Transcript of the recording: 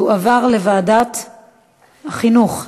תועבר לוועדת החינוך.